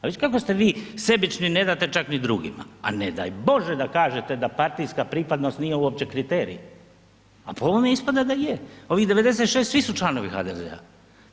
A viš kako ste vi sebični ne date čak ni drugima, a ne daj bože da partijska pripadnost nije uopće kriterij, a po ovome ispada da je, ovih 96 svi su članovi HDZ-a.